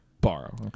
borrow